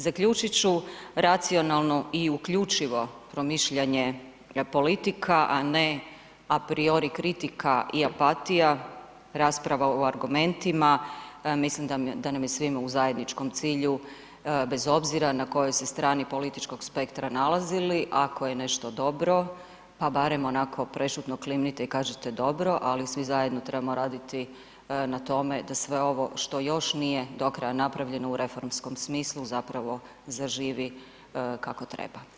Zaključit ću, racionalno i uključivo promišljanje politika, a ne apriori kritika i apatija rasprava o argumentima, mislim da nam je svima u zajedničkom cilju bez obzira na kojoj se strani političkog spektra nalazili, ako je nešto dobro, pa barem onako prešutno klimnite i kažite dobro, ali svi zajedno trebamo raditi na tome da sve ovo što još nije do kraja napravljeno u reformskom smislu zapravo zaživi kako treba.